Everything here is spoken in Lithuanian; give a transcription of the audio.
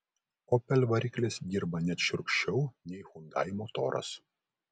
opel variklis dirba net šiurkščiau nei hyundai motoras